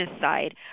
side